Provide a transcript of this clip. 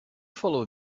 follow